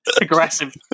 Aggressive